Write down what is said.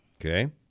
Okay